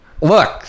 Look